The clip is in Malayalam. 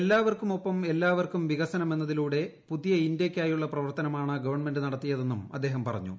ഏല്ലാവർക്കുമൊപ്പം എല്ലാവർക്കും വികസനം എന്നതിലൂടെ പുതിയ ഇന്ത്യയ്ക്കായുള്ള പ്രവർത്തനമാണ് ഗവൺമെന്റ് നടത്തിയതെന്നും അദ്ദേഹം പറഞ്ഞു